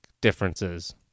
differences